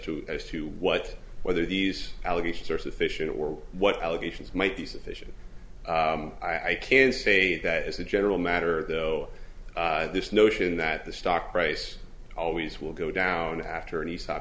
too as to what whether these allegations are sufficient or what allegations might be sufficient i can say that as a general matter though this notion that the stock price always will go down after an